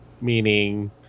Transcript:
meaning